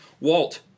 walt